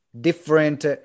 different